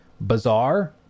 bizarre